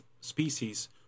species